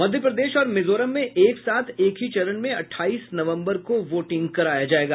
मध्य प्रदेश और मिजोरम में एक साथ एक ही चरण में अठाईस नवंबर को वोटिंग कराया जायेगा